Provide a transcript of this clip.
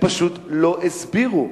שפשוט לא הסבירו.